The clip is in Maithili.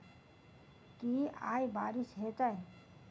की आय बारिश हेतै?